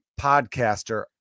podcaster